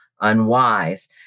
unwise